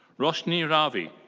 roshni ravi.